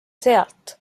sealt